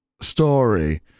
Story